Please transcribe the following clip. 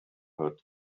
heard